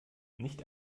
nicht